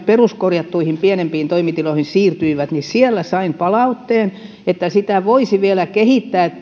peruskorjattuihin pienempiin toimitiloihin ja siellä sain palautteen että sitä voisi vielä kehittää